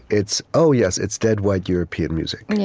it's, oh, yes, it's dead white european music. and yeah